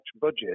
budget